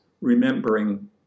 remembering